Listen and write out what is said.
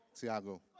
Tiago